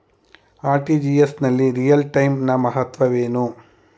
RTGS ನಲ್ಲಿ real time ನ ಮಹತ್ವವೇನು?